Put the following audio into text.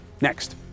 Next